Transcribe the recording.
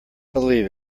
believe